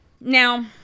Now